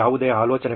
ಯಾವುದೇ ಆಲೋಚನೆಗಳು